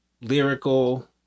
lyrical